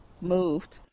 moved